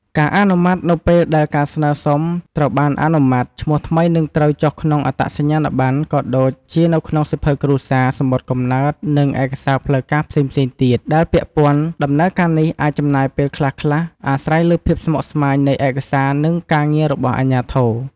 ការអនុម័ត នៅពេលដែលការស្នើសុំត្រូវបានអនុម័ត ឈ្មោះថ្មីនឹងត្រូវចុះក្នុងអត្តសញ្ញាណប័ណ្ណ ក៏ដូចជានៅក្នុងសៀវភៅគ្រួសារ សំបុត្រកំណើត និងឯកសារផ្លូវការផ្សេងៗទៀតដែលពាក់ព័ន្ធ ដំណើរការនេះអាចចំណាយពេលខ្លះៗ អាស្រ័យលើភាពស្មុគស្មាញនៃឯកសារនិងការងាររបស់អាជ្ញាធរ។